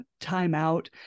timeout